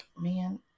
man